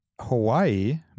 Hawaii